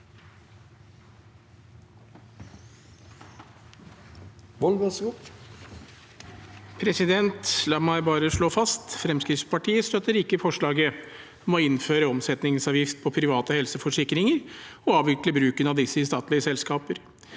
La meg bare slå det fast: Fremskrittspartiet støtter ikke forslaget om å innføre omsetningsavgift på private helseforsikringer og avvikle bruken av disse i statlige selskaper.